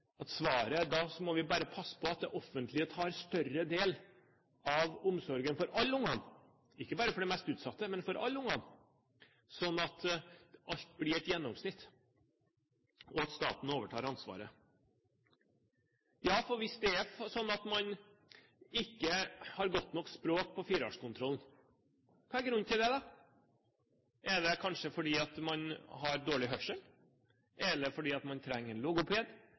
Svaret er angivelig at vi bare må passe på at det offentlige tar en større del av omsorgen for alle barna – ikke bare for de mest utsatte, men for alle barna – slik at det blir et gjennomsnitt, og at staten overtar ansvaret. Hvis det er slik at man ikke har godt nok språk ved fireårskontrollen – hva er grunnen til det? Er det kanskje fordi man har dårlig hørsel, eller fordi man trenger en logoped,